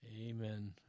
Amen